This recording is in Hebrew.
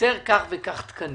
חסרים כך וכך תקנים.